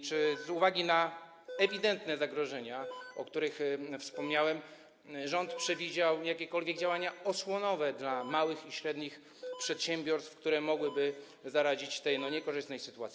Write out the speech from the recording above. Czy z uwagi na ewidentne zagrożenia, o których wspomniałem, rząd przewidział jakiekolwiek działania osłonowe dla małych i średnich przedsiębiorstw, które mogłyby zaradzić tej niekorzystnej sytuacji?